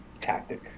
tactic